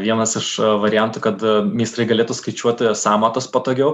vienas iš variantų kad meistrai galėtų skaičiuoti sąmatas patogiau